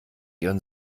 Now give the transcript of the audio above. ihren